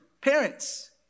parents